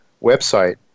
website